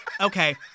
Okay